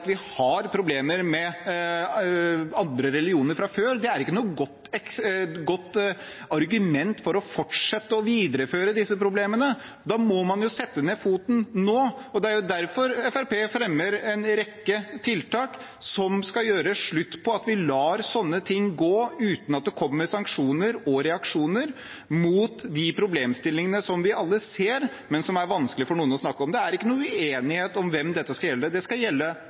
vi har problemer med andre religioner fra før, er ikke noe godt argument for å fortsette å videreføre disse problemene. Da må man jo sette ned foten nå. Det er derfor Fremskrittspartiet fremmer en rekke tiltak som skal få slutt på at vi lar sånne ting gå uten at det kommer sanksjoner og reaksjoner mot de problemstillingene som vi alle ser, men som er vanskelige for noen å snakke om. Det er ikke noe uenighet om hvem dette skal gjelde – det skal gjelde